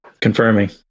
confirming